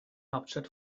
hauptstadt